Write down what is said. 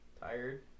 tired